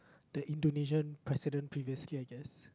the Indonesian president previously I guess